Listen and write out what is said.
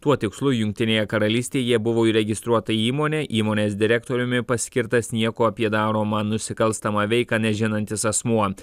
tuo tikslu jungtinėje karalystėje buvo įregistruota įmonė įmonės direktoriumi paskirtas nieko apie daromą nusikalstamą veiką nežinantis asmuo